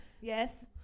yes